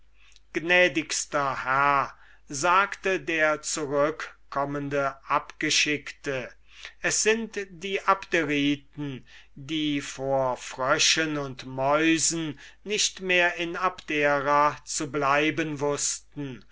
wäre sire sagte der zurückkommende abgeschickte es sind die abderiten die vor fröschen und mäusen nicht mehr in abdera zu bleiben wußten